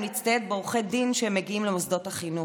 להצטייד בעורכי דין כשהם מגיעים למוסדות החינוך.